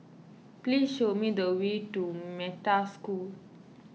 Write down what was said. please show me the way to Metta School